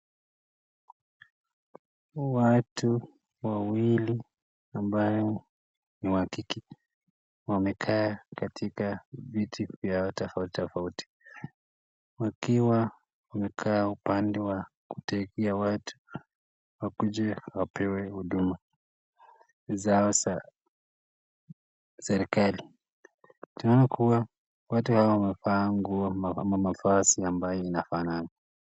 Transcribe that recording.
Watu wawili wakike wamekaa katika viti vya tofauti tofauti. Wakiwa wamekaa upande wa kutegemea watu wakuje wapewe huduma za serikali. Tunaona kuwa watu hawa wamevaa nguo ama mavazi ambayo inafanana.